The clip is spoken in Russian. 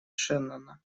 шеннона